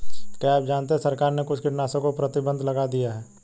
क्या आप जानते है सरकार ने कुछ कीटनाशकों पर प्रतिबंध लगा दिया है?